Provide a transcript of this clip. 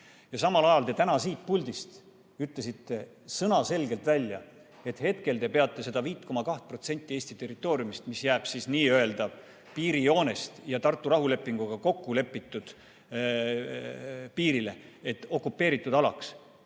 Samal ajal te täna siit puldist ütlesite sõnaselgelt välja, et hetkel te peate seda 5,2% Eesti territooriumist, mis jääb n‑ö piirijoone ja Tartu rahulepinguga kokkulepitud piiri vahele, okupeeritud alaks.